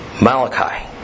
Malachi